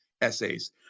essays